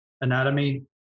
anatomy